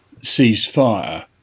ceasefire